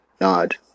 nod